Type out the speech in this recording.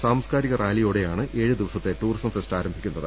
സാംസ്കാരിക റാലിയോടെയാണ് ഏഴു ദിവസത്തെ ടൂറിസം ഫെസ്റ്റ് ആരംഭിക്കുന്നത്